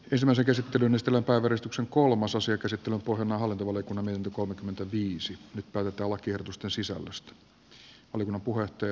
ensimmäisen käsittelyn este lupaa todistuksen kolmas osa käsittelee puronaho lentolipun hinta kolmekymmentäviisi päivätauon kertusta nyt päätetään lakiehdotusten sisällöstä